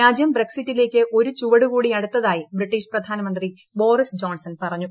രാജൃം ബ്രക്സിറ്റിലേക്ക് ഒരു ചുവട് കൂടി അടുത്തായി ബ്രട്ടീഷ് പ്രധാനമന്ത്രി ബോറിസ് ജോൺസൺ പറഞ്ഞു